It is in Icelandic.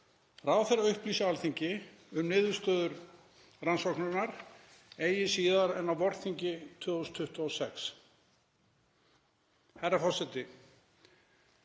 Ráðherra upplýsi Alþingi um niðurstöður rannsóknarinnar eigi síðar en á vorþingi 2026.“ Herra forseti.